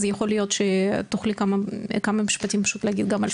אז יכול להיות שתוכלי בכמה משפטים פשוט להגיד גם על זה.